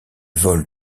volent